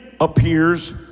appears